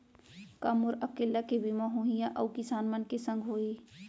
का मोर अकेल्ला के बीमा होही या अऊ किसान मन के संग होही?